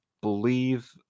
believe